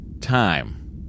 time